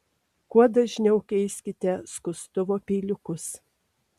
kuo dažniau keiskite skustuvo peiliukus